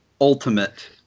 ultimate